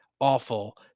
awful